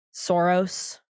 Soros